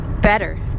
better